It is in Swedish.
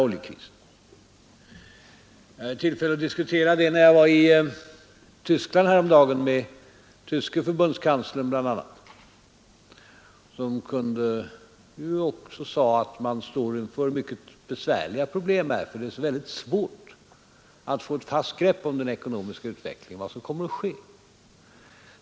När jag var i Tyskland härom dagen hade jag tillfälle att diskutera den frågan med bl.a. den tyske förbundskanslern, som också sade att man står inför mycket besvärliga problem — det är svårt att få ett fast grepp om hur den ekonomiska utvecklingen kommer att bli.